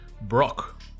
brock